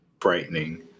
frightening